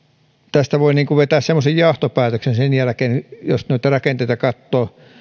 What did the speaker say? tästä voi vetää semmoisen johtopäätöksen sen jälkeen jos noita rakenteita katsoo